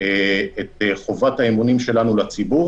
את חובת האמונים שלנו לציבור